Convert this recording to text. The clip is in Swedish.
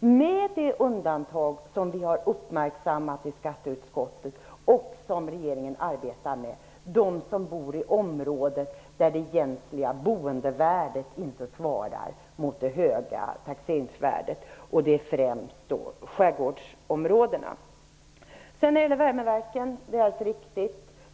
med det undantag som vi har uppmärksammat i skatteutskottet och som regeringen arbetar med, nämligen de som bor i områden där det egentliga boendevärdet inte svarar mot det höga taxeringsvärdet. Det gäller främst skärgårdsområdena. Sedan gällde de värmeverken.